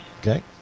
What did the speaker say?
Okay